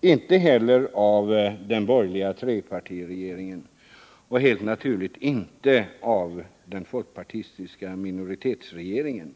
inte heller av den borgerliga trepartiregeringen och helt naturligt inte av den folkpartistiska minoritetsregeringen.